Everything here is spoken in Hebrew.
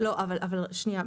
לא, אבל שנייה.